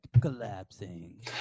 collapsing